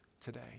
today